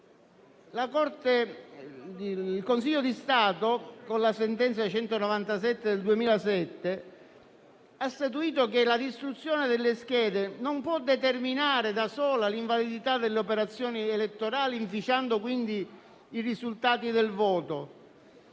il Consiglio di Stato, con la sentenza n. 197 del 2007, ha statuito che la distruzione delle schede non può determinare da sola l'invalidità delle operazioni elettorali, inficiando quindi i risultati del voto,